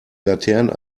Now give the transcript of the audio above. laternen